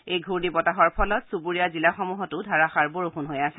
এই ঘূৰ্ণি বতাহৰ ফলত চুবুৰীয়া জিলাসমূহতো ধাৰাষাৰ বৰষুণ হৈ আছে